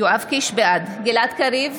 גלעד קריב,